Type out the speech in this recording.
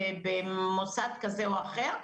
במוסד כזה או אחר,